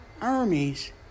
armies